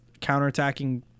counterattacking